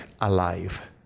alive